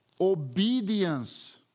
obedience